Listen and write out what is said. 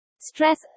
Stress